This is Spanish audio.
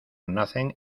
nacen